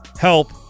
help